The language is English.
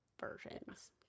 versions